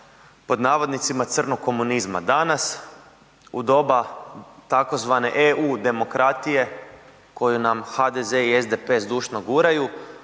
pod navodnicima crnog komunizma, danas u doba tzv. EU demokratije koju nam HDZ i SDP zdušno guraju